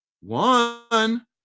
one